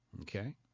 okay